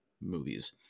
movies